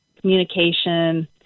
communication